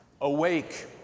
awake